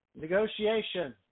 negotiation